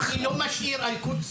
לא יקבל מימון.